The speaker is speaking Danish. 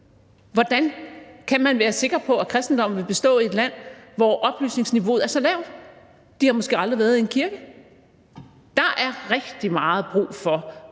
Hvordan kan man være sikker på, at kristendommen vil bestå i et land, hvor oplysningsniveauet er så lavt? De har måske aldrig været i en kirke. Der er rigtig meget brug for